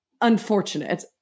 unfortunate